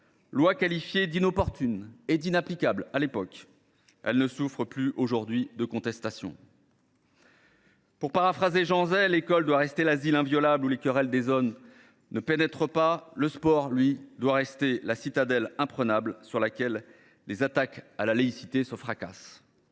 Qualifiée d’inopportune et d’inapplicable à l’époque, cette loi ne souffre plus, aujourd’hui, aucune contestation. Pour paraphraser Jean Zay, selon qui « les écoles doivent rester l’asile inviolable où les querelles des hommes ne pénètrent pas », le sport doit rester la citadelle imprenable sur laquelle les attaques à la laïcité se fracassent.